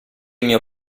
mio